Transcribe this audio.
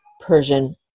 Persian